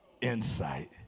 insight